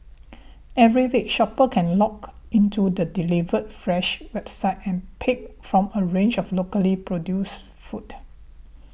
every week shoppers can log into the Delivered Fresh website and pick from a range of locally produced foods